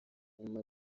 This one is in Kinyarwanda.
nyuma